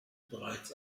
bereits